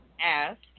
ask